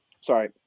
sorry